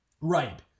Right